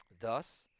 thus